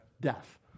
death